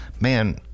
man